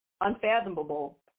unfathomable